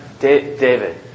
David